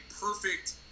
perfect